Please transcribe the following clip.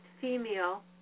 female